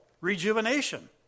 rejuvenation